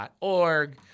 org